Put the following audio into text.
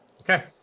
okay